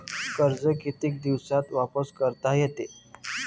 कर्ज कितीक दिवसात वापस करता येते?